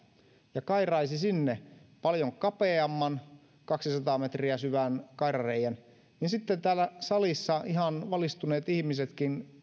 ja kairaa sinne paljon kapeamman kaksisataa metriä syvän kairareiän niin täällä salissa ihan valistuneetkin ihmiset